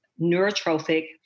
neurotrophic